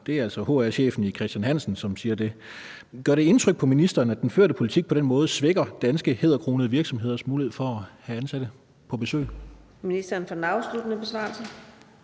Det er altså hr-chefen i Chr. Hansen, som siger det. Gør det indtryk på ministeren, at den førte politik på den måde svækker danske hæderkronede virksomheders mulighed for at have ansatte på besøg? Kl. 14:56 Fjerde næstformand (Karina